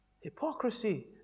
hypocrisy